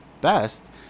best